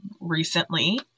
recently